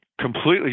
completely